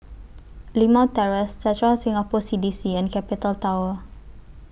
Limau Terrace Central Singapore C D C and Capital Tower